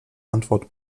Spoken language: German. antwort